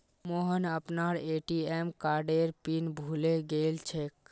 मोहन अपनार ए.टी.एम कार्डेर पिन भूले गेलछेक